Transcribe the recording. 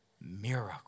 miracle